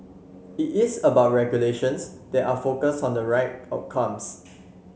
it is about regulations that are focused on the right outcomes